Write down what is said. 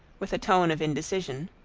with a tone of indecision.